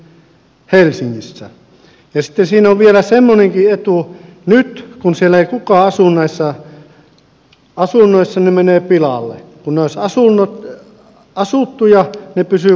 ja sitten siinä on vielä semmoinenkin etu että kun siellä ei nyt kukaan asu näissä asunnoissa ne menevät pilalle mutta kun ne olisivat asuttuja ne pysyisivät kunnossa ja niin edelleen